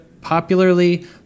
popularly